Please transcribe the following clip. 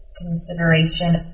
consideration